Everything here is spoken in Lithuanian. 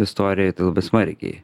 istorijoj tai labai smarkiai